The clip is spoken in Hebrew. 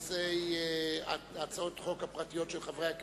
לנושא הצעות חוק פרטיות של חברי הכנסת.